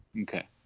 Okay